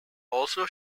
also